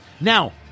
Now